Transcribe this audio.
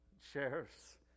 sheriff's